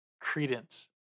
credence